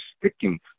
sticking